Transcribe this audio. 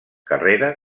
carrera